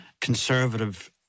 conservative